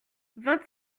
vingt